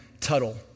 Tuttle